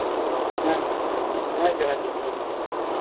ᱦᱮᱸ ᱦᱮᱸ ᱡᱚᱦᱟᱨ ᱜᱮ ᱴᱷᱤᱠ ᱜᱮᱭᱟ ᱢᱟ